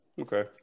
Okay